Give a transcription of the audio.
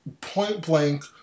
point-blank